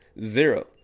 Zero